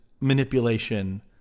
manipulation